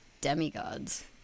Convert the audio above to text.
demigods